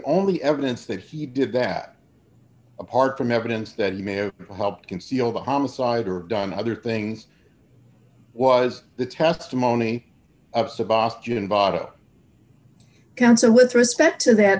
only evidence that he did that apart from evidence that he may have helped conceal the homicide or done other things was the testimony of sebastian vata counsel with respect to that